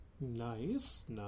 Nice